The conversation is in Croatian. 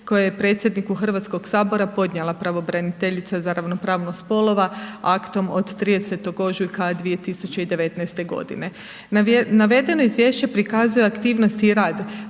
koje je predsjedniku Hrvatskog sabora podnijela pravobraniteljica za ravnopravnost spolova aktom od 30. ožujka 2019. godine. Navedeno izvješće prikazuje aktivnosti i rad